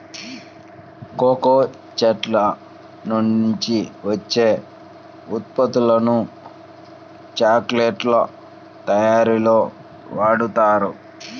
cocoa చెట్ల నుంచి వచ్చే ఉత్పత్తులను చాక్లెట్ల తయారీలో వాడుతారు